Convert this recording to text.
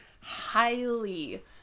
highly